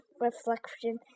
reflection